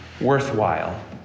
worthwhile